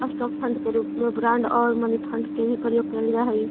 stock fund के रूप में बॉन्ड फंड आउ मनी फंड के भी प्रयोग कैल जा हई